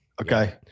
Okay